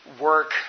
work